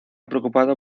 preocupado